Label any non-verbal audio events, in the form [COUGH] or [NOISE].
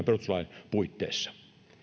[UNINTELLIGIBLE] perustuslain puitteissa